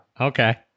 Okay